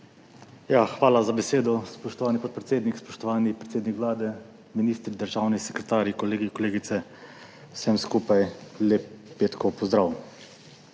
Hvala za besedo, spoštovani podpredsednik. Spoštovani predsednik Vlade, ministri, državni sekretarji, kolegi, kolegice! Vsem skupaj lep petkov pozdrav!